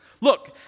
Look